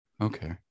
Okay